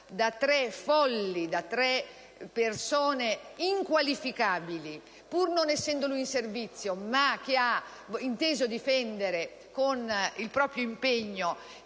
da tre folli, da tre persone inqualificabili, pur non essendo in servizio, e che ha inteso difendere con il proprio impegno